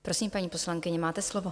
Prosím, paní poslankyně, máte slovo.